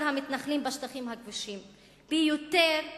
המתנחלים בשטחים הכבושים ביותר מפי-שניים.